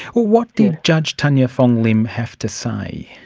what did judge tanya fong lim have to say,